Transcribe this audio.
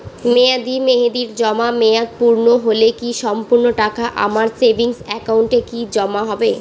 মেয়াদী মেহেদির জমা মেয়াদ পূর্ণ হলে কি সম্পূর্ণ টাকা আমার সেভিংস একাউন্টে কি জমা হবে?